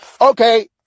Okay